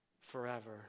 forever